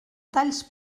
talls